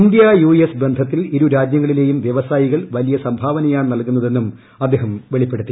India U S ബന്ധത്തിൽ ഇരുരാജ്യങ്ങളിലേയും വ്യവസായികൾ വലിയ സംഭാവനയാണ് നൽകുന്നതെന്നും അദ്ദേഹം വെളിപ്പെടുത്തി